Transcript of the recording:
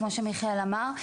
כמו שמיכאל אמר.